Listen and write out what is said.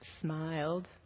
smiled